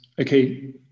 Okay